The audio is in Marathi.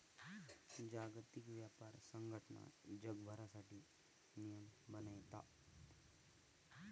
जागतिक व्यापार संघटना जगभरासाठी नियम बनयता